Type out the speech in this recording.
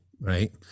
right